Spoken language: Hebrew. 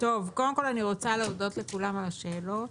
קודם כל, אני רוצה להודות לכולם על השאלות.